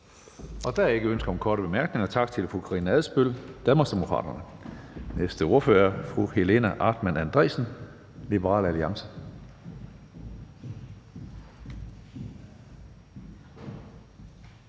Der er ikke ønske om korte bemærkninger. Tak til fru Karina Adsbøl, Danmarksdemokraterne. Den næste ordfører er fru Helena Artmann Andresen, Liberal Alliance.